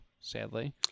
sadly